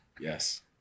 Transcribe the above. yes